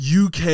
UK